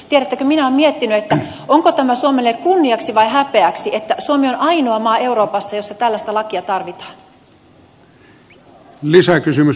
tiedättekö minä olen miettinyt onko tämä suomelle kunniaksi vai häpeäksi että suomi on ainoa maa euroopassa jossa tällaista lakia tarvitaan